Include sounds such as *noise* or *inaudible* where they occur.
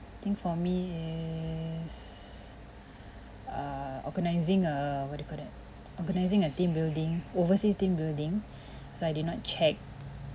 think for me is *breath* err organising a what do you call that organising a team building overseas team building *breath* so I did not check